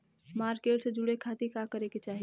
Market से जुड़े खाती का करे के चाही?